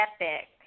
epic